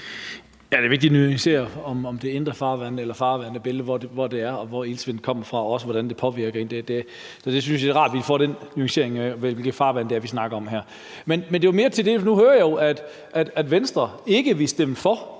Det er vigtigt at nuancere, om det er indre farvand eller farvande eller bælter, og hvor iltsvind kommer fra, og også, hvordan det påvirker det. Så jeg synes, det er rart, at vi får den nuancering af, hvilke farvande det er, vi snakker om her. Nu hører jeg jo, at Venstre ikke vil stemme for